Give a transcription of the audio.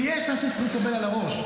ויש אנשים שצריכים לקבל על הראש,